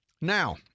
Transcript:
Now